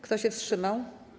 Kto się wstrzymał?